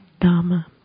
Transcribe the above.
dharma